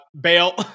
bail